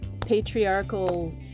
patriarchal